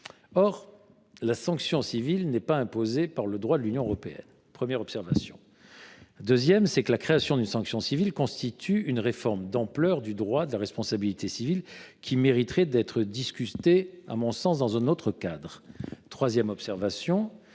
Or la sanction civile n’est pas imposée par le droit européen. Deuxièmement, la création d’une sanction civile constitue une réforme d’ampleur du droit de la responsabilité civile, qui mériterait d’être discutée, à mon sens, dans un autre cadre. Troisièmement,